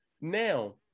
Now